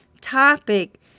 topic